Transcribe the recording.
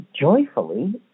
joyfully